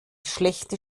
schlechte